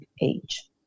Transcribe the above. age